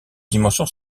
dimension